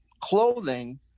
clothing